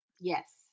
Yes